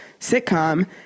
sitcom